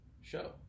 show